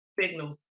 signals